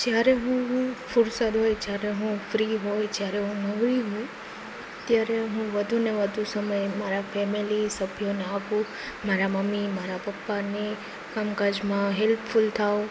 જ્યારે હું હું ફુરસદ હોય જ્યારે હું ફ્રી હોય જ્યારે હું નવરી હો ત્યારે હું વધુને વધુ સમય મારા ફેમિલી સભ્યોને આપું મારા મમ્મી મારા પપ્પાને કામકાજમાં હેલ્પફુલ થાવ